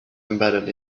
embedded